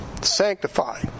Sanctify